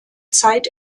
zeit